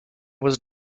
was